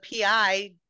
PI